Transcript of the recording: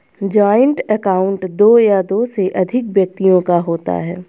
joint account दो या दो से अधिक व्यक्तियों का होता है